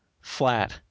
flat